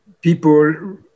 people